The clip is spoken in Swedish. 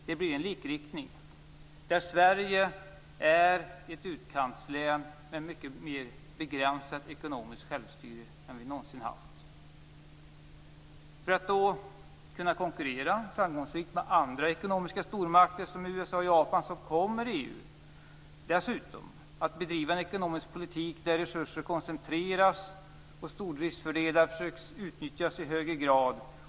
Det blir en likriktning där Sverige kommer att vara ett utkantslän med mycket mer begränsat ekonomiskt självstyre än vad vi någonsin har haft. För att då kunna konkurrera framgångsrikt med andra ekonomiska stormakter såsom USA och Japan kommer EU dessutom att bedriva en ekonomisk politik där resurser koncentreras och stordriftsfördelar utnyttjas i högre grad.